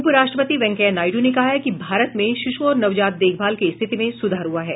उप राष्ट्रपति वेंकैया नायडु ने कहा है कि भारत में शिशु और नवजात देखभाल की स्थिति में सूधार हुआ है